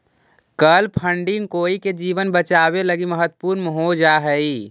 कल फंडिंग कोई के जीवन बचावे लगी महत्वपूर्ण हो जा हई